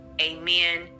amen